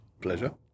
Pleasure